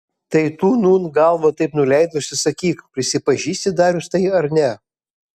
tai tu nūn galvą taip nuleidusi sakyk prisipažįsti darius tai ar ne